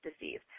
disease